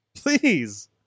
Please